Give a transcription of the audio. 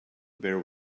bear